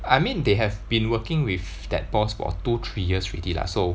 I mean they have been working with that boss for two three years already lah so